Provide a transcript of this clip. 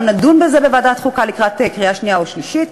נדון בזה בוועדת החוקה לקראת קריאה שנייה ושלישית,